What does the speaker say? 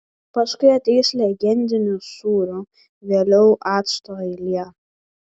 paskui ateis legendinių sūrių vėliau acto eilė